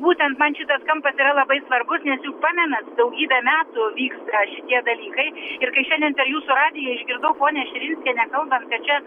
būtent man šitas kampas yra labai svarbus nes juk pamenat daugybę metų vyksta šitie dalykai ir kai šiandien per jūsų radiją išgirdau ponią širinskienę kalbant kad čia